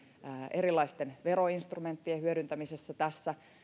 erilaisten veroinstrumenttien hyödyntämisestä tässä